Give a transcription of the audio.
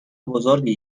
بزرگی